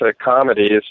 comedies